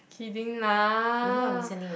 kidding lah